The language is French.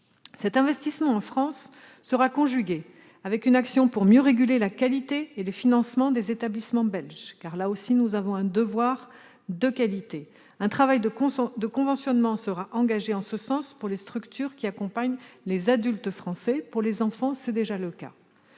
Cet investissement en France sera conjugué avec une action pour mieux réguler la qualité et les financements des établissements belges, car, sur ce sujet aussi, nous avons un devoir de qualité. Un travail de conventionnement sera engagé en ce sens pour les structures accompagnant les adultes français, comme c'est déjà le cas